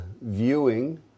viewing